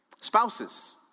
Spouses